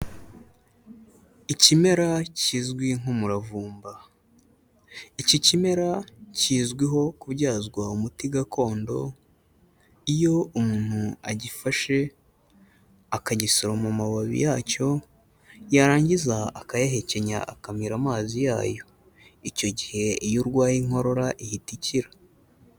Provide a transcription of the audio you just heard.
Ikimera kizwi nk'umuravumba. Iki kimera kizwiho kubyazwa umuti gakondo iyo umuntu agifashe akagisoroma amababi yacyo yarangiza akayahekenya, akamira amazi yayo. Icyo gihe iyo urwaye inkorora ihita ikira.